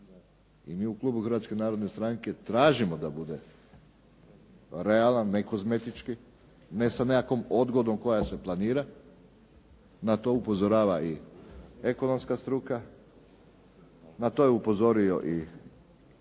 i mi u klubu Hrvatske narodne stranke tražimo da bude realan, ne kozmetički, ne sa nekakvom odgodom koja se planira. Na to upozorava i ekonomska struka, na to je upozorio i potpuno